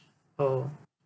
oh